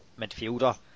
midfielder